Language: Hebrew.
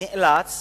נאלץ